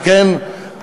על כן,